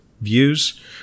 views